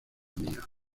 mía